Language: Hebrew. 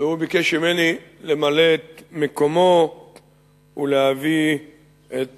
והוא ביקש ממני למלא את מקומו ולהביא אל